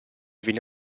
viene